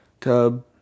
tub